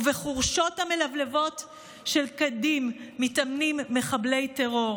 ובחורשות המלבלבות של כדים מתאמנים מחבלי טרור.